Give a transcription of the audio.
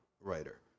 writer